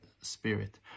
spirit